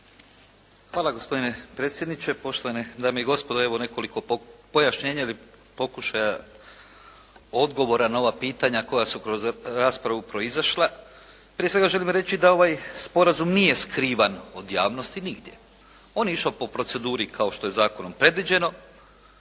Hvala gospodine predsjedniče, poštovane dame i gospodo. Evo nekoliko pojašnjenja ili pokušaja odgovora na ova pitanja koja su kroz raspravu proizašla. Prije svega želim reći da ovaj sporazum nije skrivan od javnosti nigdje. On je išao po proceduri kao što je zakonom predviđeno,